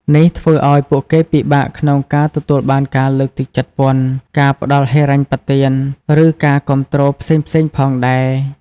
នេះធ្វើឱ្យពួកគេពិបាកក្នុងការទទួលបានការលើកទឹកចិត្តពន្ធ ការផ្តល់ហិរញ្ញប្បទាន ឬការគាំទ្រផ្សេងៗផងដែរ ។